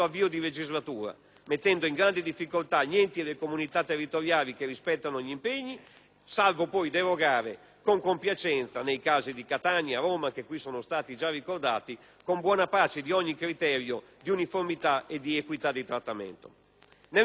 mettendo in grande difficoltà gli enti e le comunità territoriali che rispettano gli impegni, salvo poi derogare con compiacenza - nei casi di Catania e Roma che qui sono stati già ricordati - con buona pace di ogni criterio di uniformità e di equità di trattamento.